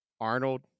arnold